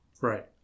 right